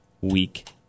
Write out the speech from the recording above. week